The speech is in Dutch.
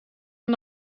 aan